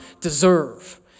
deserve